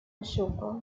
ashoka